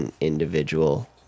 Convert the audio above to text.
individual